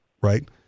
right